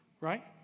Right